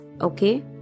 okay